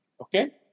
Okay